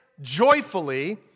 joyfully